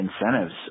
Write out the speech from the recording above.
incentives